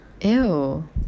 Ew